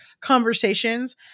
conversations